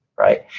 right?